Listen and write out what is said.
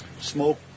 Smoke